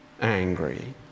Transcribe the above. angry